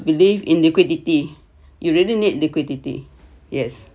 believe in liquidity you really need liquidity yes